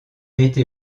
été